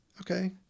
Okay